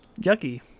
yucky